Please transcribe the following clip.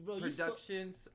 productions